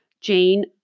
Jane